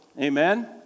Amen